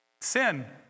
Sin